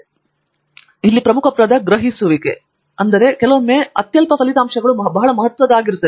ನಾನು ಸಂಶೋಧನೆಯ ಪ್ರಮುಖ ಪದವು ಗ್ರಹಿಸುವ ಮತ್ತು ಕೆಲವೊಮ್ಮೆ ಅತ್ಯಲ್ಪ ಫಲಿತಾಂಶಗಳು ಬಹಳ ಮಹತ್ವದ್ದಾಗಿರುತ್ತದೆ